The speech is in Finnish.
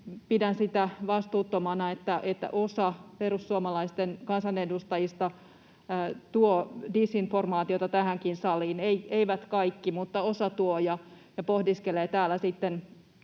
pidän vastuuttomana sitä, että osa perussuomalaisten kansanedustajista tuo disinformaatiota tähänkin saliin, eivät kaikki, mutta osa tuo ja pohdiskelee täällä sitten